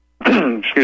excuse